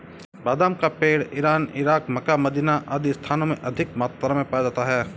बादाम का पेड़ इरान, इराक, मक्का, मदीना आदि स्थानों में अधिक मात्रा में पाया जाता है